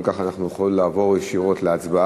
אם כך, אנחנו יכולים לעבור ישירות להצבעה